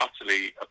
utterly